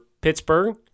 Pittsburgh